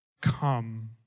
come